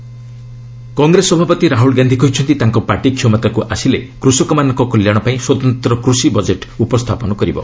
Rahul West Bengal Congress ସଭାପତି ରାହ୍ରଲ ଗାନ୍ଧି କହିଛନ୍ତି ତାଙ୍କ ପାର୍ଟି କ୍ଷମତାକ୍ ଆସିଲେ କୃଷକମାନଙ୍କ କଲ୍ୟାଣ ପାଇଁ ସ୍ୱତନ୍ତ୍ର କୃଷି ବଜେଟ୍ ଉପସ୍ଥାପନ କରିବେ